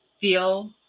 feel